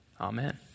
Amen